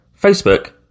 Facebook